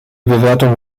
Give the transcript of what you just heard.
bewertung